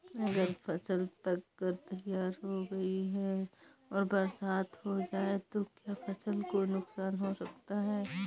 अगर फसल पक कर तैयार हो गई है और बरसात हो जाए तो क्या फसल को नुकसान हो सकता है?